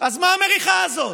אז מה המריחה הזאת?